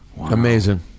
Amazing